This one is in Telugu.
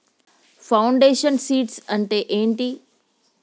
ఫౌండేషన్ సీడ్స్ అంటే ఏంటి?